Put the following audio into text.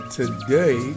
today